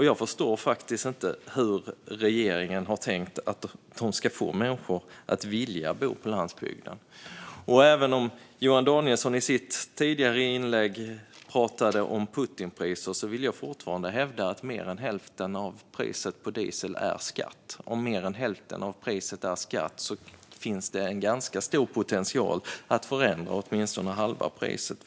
Jag förstår faktiskt inte hur regeringen har tänkt att den ska få människor att vilja bo på landsbygden. Även om Johan Danielsson i sitt tidigare inlägg talade om Putinpriser vill jag fortfarande hävda att mer än hälften av priset på diesel är skatt. Om mer än hälften av priset är skatt finns det en ganska stor potential att förändra åtminstone halva priset.